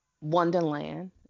Wonderland